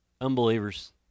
Unbelievers